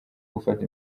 gufata